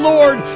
Lord